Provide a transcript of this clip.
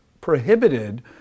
prohibited